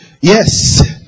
Yes